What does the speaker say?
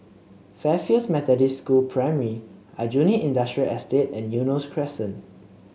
Fairfield Methodist School Primary Aljunied Industrial Estate and Eunos Crescent